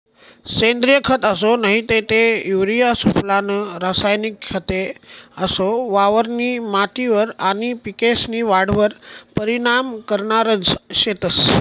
सेंद्रिय खत असो नही ते युरिया सुफला नं रासायनिक खते असो वावरनी माटीवर आनी पिकेस्नी वाढवर परीनाम करनारज शेतंस